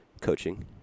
Coaching